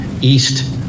east